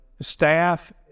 staff